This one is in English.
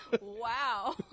Wow